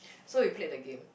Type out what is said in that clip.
so we played the game